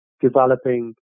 developing